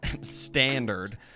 standard